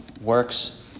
works